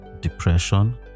depression